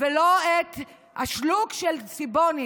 ולא את השלוק של סיבוני.